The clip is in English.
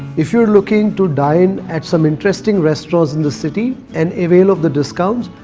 if you're looking to dine at some interesting restaurants in the city. and avail of the discounts,